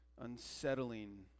unsettling